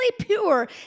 pure